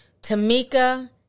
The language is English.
Tamika